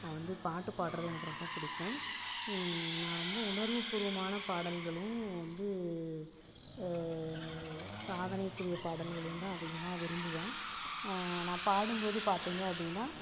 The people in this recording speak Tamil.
நான் வந்து பாட்டு பாடுறது எனக்கு ரொம்ப பிடிக்கும் நான் ரொம்ப உணர்வுப்பூர்வமான பாடல்களும் வந்து சாதனைக்குரிய பாடல்களுந்தான் அதிகமாக விரும்புவேன் நான் பாடும்போது பார்த்திங்க அப்படின்னா